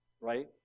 Right